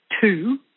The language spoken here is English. two